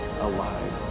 alive